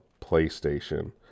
PlayStation